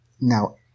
Now